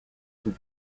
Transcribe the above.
sous